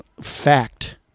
fact